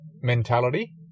mentality